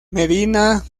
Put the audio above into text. medina